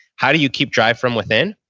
how do you keep drive from within?